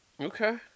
Okay